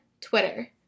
Twitter